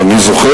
אבל אני זוכר: